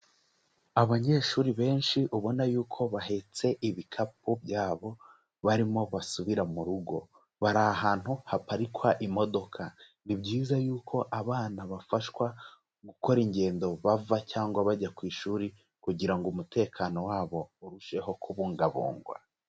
Abanyeshuri benshi ubona yuko bahetse ibikapu byabo barimo basubira mu rugo. Bari ahantu haparikwa imodoka. Ni byiza yuko abana bafashwa gukora ingendo bava cyangwa bajya ku ishuri kugira ngo umutekano wabo urusheho kubungabungwa.